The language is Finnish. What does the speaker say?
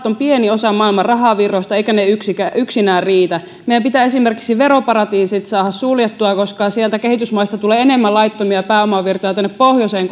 ovat pieni osa maailman rahavirroista eivätkä ne yksinään riitä meidän pitää esimerkiksi veroparatiisit saada suljettua koska kehitysmaista tulee enemmän laittomia pääomavirtoja tänne pohjoiseen